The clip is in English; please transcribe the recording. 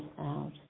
out